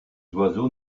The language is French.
oiseaux